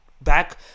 back